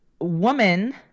woman